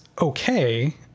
okay